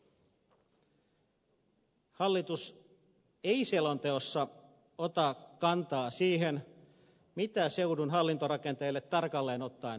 hallitus ei selonteossa ota kantaa siihen mitä seudun hallintorakenteille tarkalleen ottaen tulisi tehdä